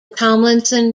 tomlinson